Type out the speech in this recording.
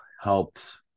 helps